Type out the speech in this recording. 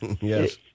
Yes